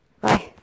Bye